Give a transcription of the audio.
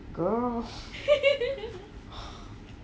girl